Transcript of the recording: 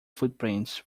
footprints